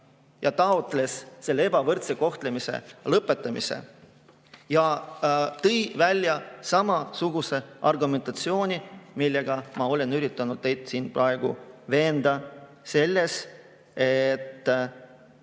ja taotles selle ebavõrdse kohtlemise lõpetamist. Toodi välja samasugune argumentatsioon, mille abil ma olen üritanud teid siin praegu veenda selles, et